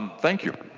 thank you.